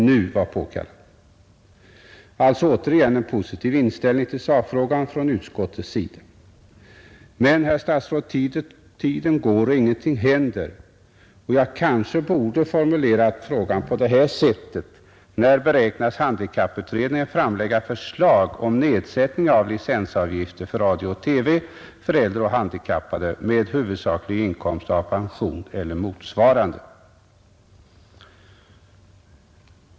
Det var alltså återigen en positiv inställning till sakfrågan från utskottets sida. Men, herr statsråd, tiden går och ingenting händer. Jag kanske borde ha formulerat min fråga så här i stället: När beräknas handikapputredningen framlägga förslag om nedsättning av licensavgifter för radio och TV för äldre och handikappade med huvudsaklig inkomst av pension eller motsvarande?